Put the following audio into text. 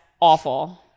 awful